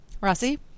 Rossi